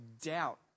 doubt